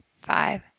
five